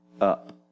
up